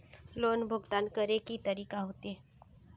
Loan भुगतान करे के तरीका की होते?